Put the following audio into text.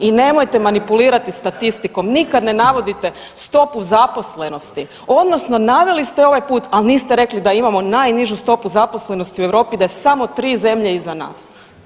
I nemojte manipulirati statistikom, nikad ne navodite stopu zaposlenosti odnosno naveli ste ovaj put, al niste rekli da imamo najnižu stopu zaposlenosti u Europi da su samo 3 zemlje iza nas.